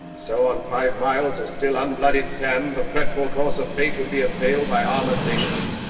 so, on five miles of still un-bloodied sand, the fretful course of fate would be assailed by armored nations.